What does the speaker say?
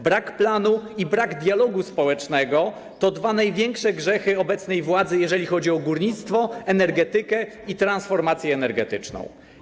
Brak planu i brak dialogu społecznego to dwa największe grzechy obecnej władzy, jeżeli chodzi o górnictwo, energetykę i transformację energetyczną.